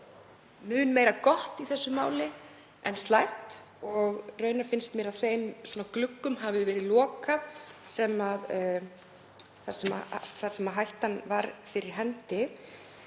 mun meira gott í þessu máli en slæmt og raunar finnst mér að þeim gluggum hafi verið lokað þar sem hætta var fyrir hendi.